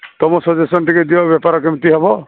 ତୁମ ସଜେସନ ଟିକେ ଦିଅ ବେପାର କେମିତି ହେବ